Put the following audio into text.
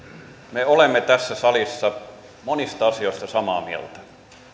me olemme tässä salissa monista asioista samaa mieltä